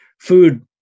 food